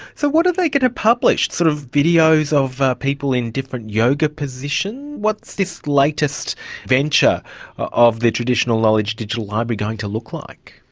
so what are they going to publish, sort of videos of people of people in different yoga positions? what's this latest venture of the traditional knowledge digital library going to look like?